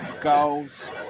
goals